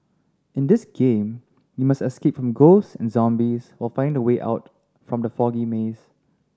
in this game you must escape from ghosts and zombies while finding the way out from the foggy maze